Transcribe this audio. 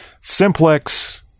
Simplex